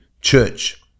church